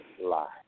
lie